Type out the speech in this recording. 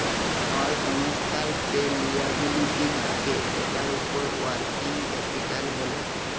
call সংস্থার যে liability থাক্যে সেটার উপর ওয়ার্কিং ক্যাপিটাল ব্যলে